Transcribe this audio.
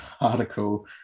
article